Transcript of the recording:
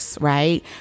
Right